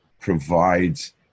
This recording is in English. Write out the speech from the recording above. provides